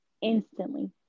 instantly